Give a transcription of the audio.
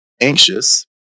anxious